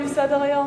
להסיר מסדר-היום?